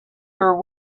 her